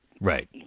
right